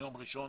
ביום ראשון